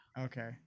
Okay